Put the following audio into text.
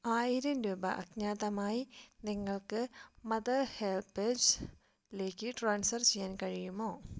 ആയിരം രൂപ അജ്ഞാതമായി നിങ്ങൾക്ക് മദർ ഹെൽപ്പേജിലേക്ക് ട്രാൻസ്ഫർ ചെയ്യാൻ കഴിയുമോ